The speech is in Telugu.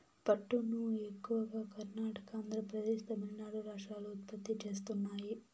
పట్టును ఎక్కువగా కర్ణాటక, ఆంద్రప్రదేశ్, తమిళనాడు రాష్ట్రాలు ఉత్పత్తి చేస్తున్నాయి